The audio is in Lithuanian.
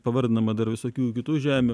pavardinama dar visokių kitų žemių